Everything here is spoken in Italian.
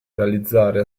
realizzare